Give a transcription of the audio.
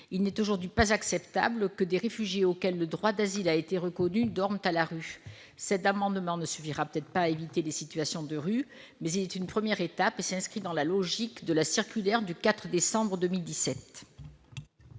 Il n'est aujourd'hui pas tolérable que des réfugiés auxquels le droit d'asile a été reconnu dorment à la rue. Les dispositions de cet amendement ne suffiront peut-être pas à éviter les situations de rue, mais elles sont une première étape et elles s'inscrivent dans la logique de la circulaire du 4 décembre 2017.